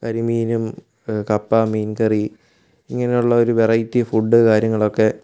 കരിമീനും കപ്പ മീന് കറി ഇങ്ങനെയുള്ള ഒരു വെറൈറ്റി ഫുഡ് കാര്യങ്ങളൊക്കെ